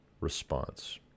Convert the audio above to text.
response